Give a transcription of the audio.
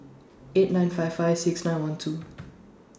eight nine five five six nine one two